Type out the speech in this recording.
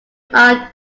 are